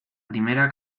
primera